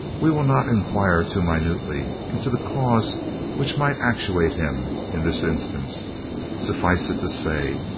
we will not enquire too minutely into the cause which might actuate him in this instance suffice it to say,